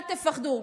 אל תפחדו.